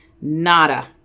Nada